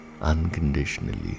unconditionally